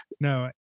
no